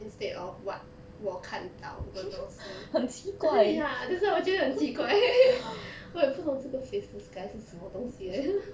instead of what 我看到的东西 ya that's why 我觉得很奇怪 我也不懂这个 faceless guy 是什么东西来的